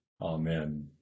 Amen